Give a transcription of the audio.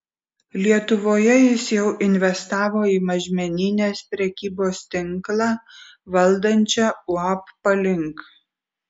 lietuvoje jis jau investavo į mažmeninės prekybos tinklą valdančią uab palink